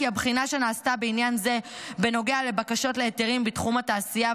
כי הבחינה שנעשתה בעניין זה בנוגע לבקשות להיתרים בתחום התעשייה,